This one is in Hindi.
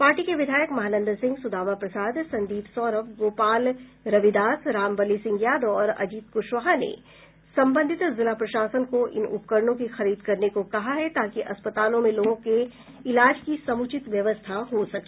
पार्टी के विधायक महानंद सिंह सुदामा प्रसाद संदीप सौरभ गोपाल रविदास रामबली सिंह यादव और अजीत कुशवाहा ने संबंधित जिला प्रशासन को इन उपकरणों की खरीद करने को कहा है ताकि अस्पतालों में लोगों के इलाज की समुचित व्यवस्था हो सके